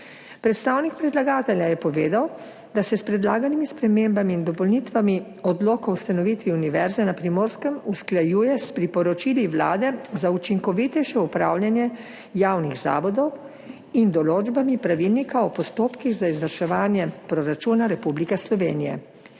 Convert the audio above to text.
Predstavnik predlagatelja je povedal, da se s predlaganimi spremembami in dopolnitvami Odloka o ustanovitvi Univerze na Primorskem usklajuje s priporočili Vlade za učinkovitejše upravljanje javnih zavodov in določbami Pravilnika o postopkih za izvrševanje proračuna Republike Slovenije.